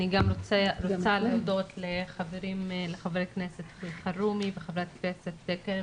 אני גם רוצה להודות לחברי הכנסת אלחרומי וח"כ קרן